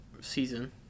season